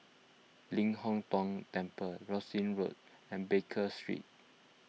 Ling Hong Tong Temple Rosyth Road and Baker Street